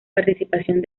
participación